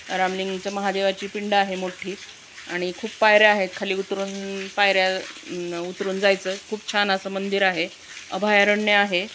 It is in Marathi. रामलिंगाचं महादेवाची पिंड आहे मोठ्ठी आणि खूप पायऱ्या आहेत खाली उतरून पायऱ्या उतरून जायचं खूप छान असं मंदिर आहे अभयारण्य आहे